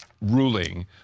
ruling